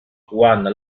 one